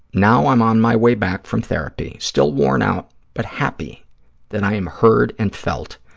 now i'm on my way back from therapy, still worn out, but happy that i am heard and felt.